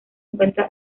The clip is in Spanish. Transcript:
encuentra